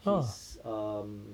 his um